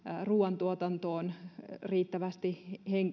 ruoantuotantoon riittävästi